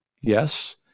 Yes